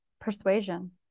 persuasion